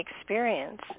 experience